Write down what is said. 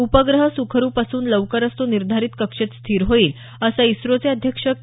उपग्रह सुखरुप असून लवकरच तो निर्धारित कक्षेत स्थिर होईल असं इस्रोचे अध्यक्ष के